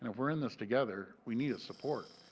and if we are in this together, we need support.